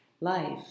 life